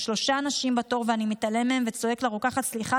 יש שלושה אנשים בתור ואני מתעלם מהם וצועק לרוקחת: סליחה,